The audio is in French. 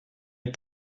est